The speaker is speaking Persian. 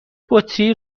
بطری